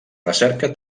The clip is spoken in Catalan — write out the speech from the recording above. recerca